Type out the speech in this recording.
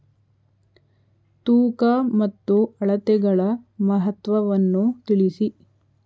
ತೂಕ ಮತ್ತು ಅಳತೆಗಳ ಮಹತ್ವವನ್ನು ತಿಳಿಸಿ?